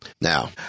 Now